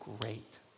great